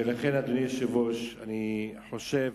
ולכן, אדוני היושב-ראש, אני חושב